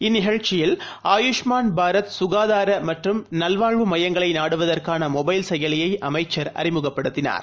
இந்தநிகழ்ச்சியில் ஆயுஷ்மான் பாரத் சுகாதாரமற்றும் நல்வாழ்வு மையங்களைநாடுவதற்கானமொபைல் செயலியைஅமைச்சர் அறிமுகப்படுத்தினார்